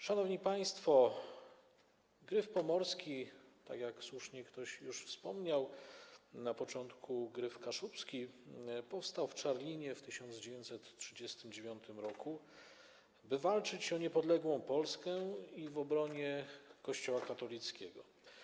Szanowni Państwo! „Gryf Pomorski” - tak jak słusznie ktoś już wspomniał, na początku „Gryf Kaszubski” - powstał w Czarlinie w 1939 r., by walczyć o niepodległą Polskę i w obronie Kościoła katolickiego.